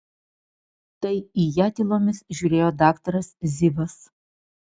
tai į ją tylomis žiūrėjo daktaras zivas